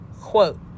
quote